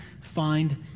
find